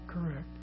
correct